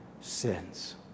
sins